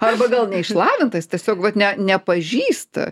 arba gal neišlavintas tiesiog vat ne nepažįsta